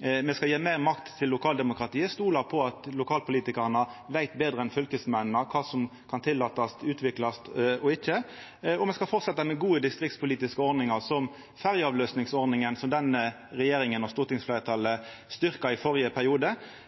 me skal gje meir makt til lokaldemokratiet og stola på at lokalpolitikarane veit betre enn fylkesmennene kva som kan tillatast, utviklast og ikkje, og me skal fortsetja med gode distriktspolitiske ordningar, som ferjeavløysingsordninga, som denne regjeringa og stortingsfleirtalet styrkte i førre periode.